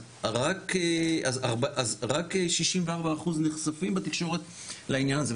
אז רק שישים וארבעה אחוז נחשפים בתקשורת לעניין הזה.